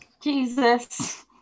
Jesus